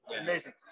amazing